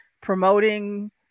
promoting